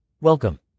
welcome